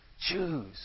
Choose